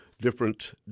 different